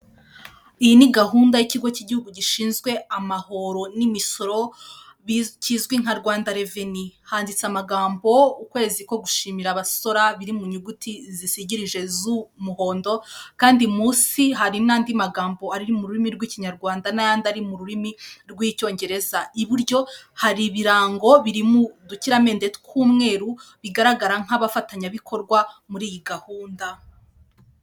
Iyi ni gahunda y'ikigo cy'igihugu gishinzwe amahoro n'imisoro kizwi nka Rwanda reveni, handitse amagambo ukwezi ko gushimira abasora biri mu nyuguti zishyigije z'umuhondo kandi munsi hari n'andi magambo ari mu rurimi rw'ikinyarwanda n'ayandi ari mu rurimi rw'icyongereza, iburyo hari ibirango biri m'udukiramende tw'umweru bigaragara nk'abafatanyabikorwa muri iyi gahunda.